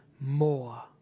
more